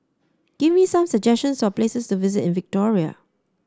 give me some suggestions for places to visit in Victoria